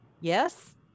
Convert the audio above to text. yes